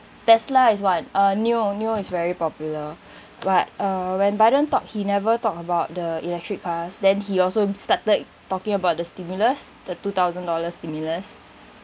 Tesla is one uh NIO NIO is very popular but uh when biden talk he never talk about the electric cars then he also started talking about the stimulus the two thousand dollars stimulus